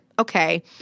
okay